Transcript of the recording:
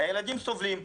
הילדים סובלים,